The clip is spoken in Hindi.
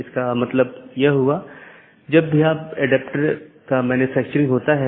जैसा कि हमने देखा कि रीचैबिलिटी informations मुख्य रूप से रूटिंग जानकारी है